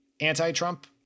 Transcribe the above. anti-Trump